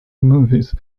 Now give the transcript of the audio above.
movies